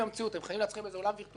אתם חיים באיזה עולם וירטואלי כאילו